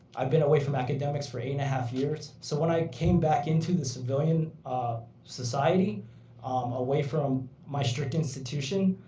i've been away from academics for eight and a half years. so when i came back into the civilian ah society away from my strict institution,